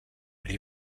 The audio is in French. les